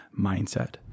mindset